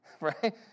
right